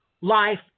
Life